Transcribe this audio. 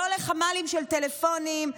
לא לחמ"לים של טלפונים,